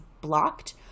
blocked